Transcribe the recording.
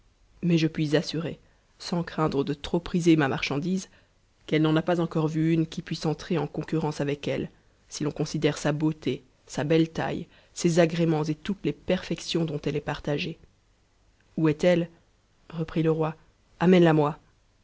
mais je puis assurer sans craindre de trop priser ma marchandise qu'elte n'en a pas encore vu une qui puisse ent'c en concurrence avec elle si l'on considère sa beauté sa belle taille ses agréments et toutes les perfections dont elle est partagée où est-elle reprit le roi amène la moi